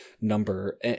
number